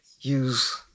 use